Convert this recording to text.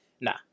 Nah